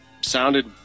sounded